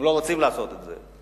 הם לא רוצים לעשות את זה.